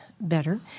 better